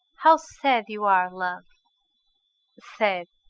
how sad you are, love sad,